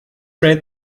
rate